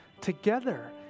together